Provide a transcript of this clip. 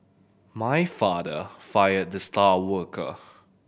my father fired the star worker